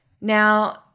Now